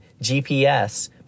GPS